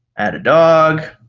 add a dog.